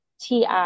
TI